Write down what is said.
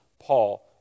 Paul